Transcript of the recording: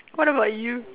what about you